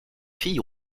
fille